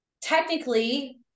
Technically